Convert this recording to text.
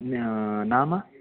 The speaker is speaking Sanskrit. नाम